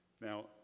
Now